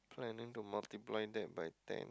planning to multiply that by ten